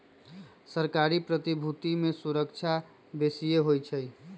सरकारी प्रतिभूति में सूरक्षा बेशिए होइ छइ